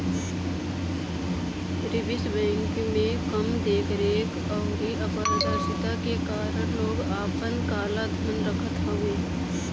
Swiss bank में कम देख रेख अउरी अपारदर्शिता के कारण लोग आपन काला धन रखत हवे